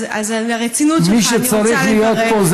אז על הרצינות שלך אני רוצה לברך.